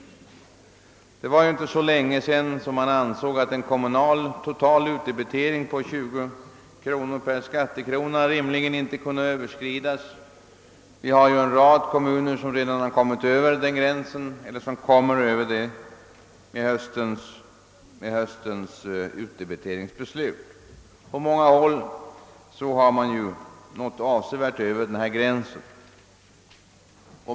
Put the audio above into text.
Det var inte så länge sedan man ansåg att en kommunal total utdebitering på 20 kronor per skattekrona rimligen inte kunde överskridas. Vi har en rad kommuner som redan har kommit över den gränsen eller kommer över den med höstens utdebiteringsbeslut. På många håll har man nått avsevärt över denna gräns.